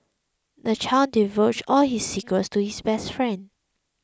the child divulged all his secrets to his best friend